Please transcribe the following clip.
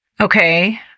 Okay